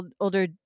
older